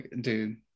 dude